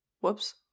Whoops